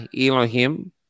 Elohim